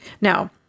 Now